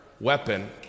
weapon